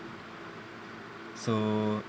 so